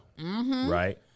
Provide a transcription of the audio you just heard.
right